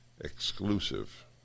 exclusive